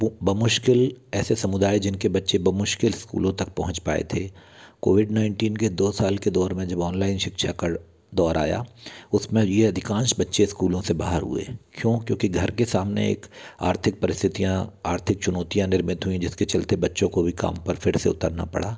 बमुश्किल ऐसे समुदाय जिनके बच्चे बमुश्किल स्कूलों तक पहुँच पाए थे कोविड नाइन्टीन के दो साल के दौर में जब ऑनलाइन शिक्षा का दौर आया उस में ये अधिकांश बच्चे स्कूलों से बाहर हुए क्यों क्योंकि घर के सामने एक आर्थिक परिस्थितियाँ आर्थिक चुनौतियां निर्मित हुईं जिसके चलते बच्चों को भी काम पर फिर से उतरना पड़ा